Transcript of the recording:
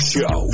Show